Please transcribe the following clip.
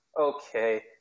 okay